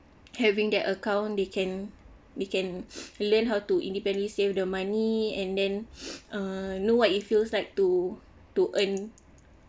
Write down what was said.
having their account they can they can learn how to independently save the money and then uh know what it feels like to to earn